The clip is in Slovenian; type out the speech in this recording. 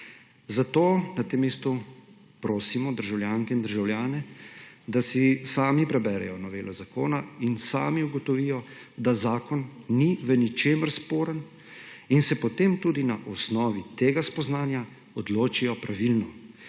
Zato na tem mestu prosimo državljanke in državljane, da si sami preberejo novelo zakona in sami ugotovijo, da zakon ni v ničemer sporen in se potem tudi na osnovi tega spoznanja odločijo pravilno